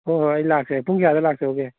ꯍꯣꯏ ꯍꯣꯏ ꯑꯩ ꯂꯥꯛꯀꯦ ꯄꯨꯡ ꯀꯌꯥꯗ ꯂꯥꯛꯆꯧꯒꯦ